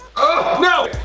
oh no!